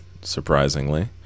surprisingly